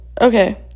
okay